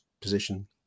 position